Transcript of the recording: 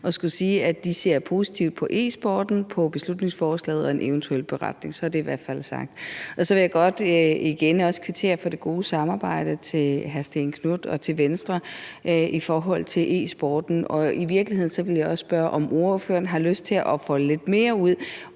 jeg skulle sige, at de ser positivt på e-sporten, på beslutningsforslaget og en eventuel beretning. Så er det i hvert fald sagt. Så vil jeg også godt igen kvittere for det gode samarbejde til hr. Stén Knuth og til Venstre i forhold til e-sporten. Og jeg vil i virkeligheden også spørge, om ordføreren har lyst til at folde lidt mere ud,